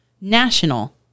National